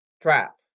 trap